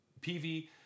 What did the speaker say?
PV